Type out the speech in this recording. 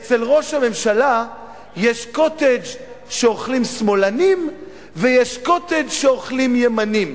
אצל ראש הממשלה יש "קוטג'" שאוכלים שמאלנים ויש "קוטג'" שאוכלים ימנים.